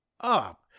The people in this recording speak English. up